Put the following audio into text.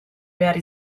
behar